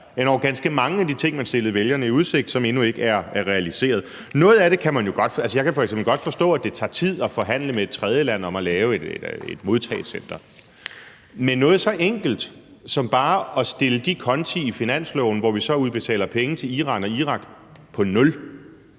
endog ganske mange af de ting, man stillede vælgerne i udsigt, som endnu ikke er realiseret. Noget af det kan man jo godt forstå. Jeg kan f.eks. godt forstå, at det tager tid at forhandle med et tredjeland om at lave et modtagecenter. Men noget så enkelt som bare at stille de konti i finansloven, hvor vi udbetaler penge til Iran og Irak, på 0,